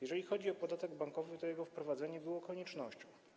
Jeżeli chodzi o podatek bankowy, to jego wprowadzenie było koniecznością.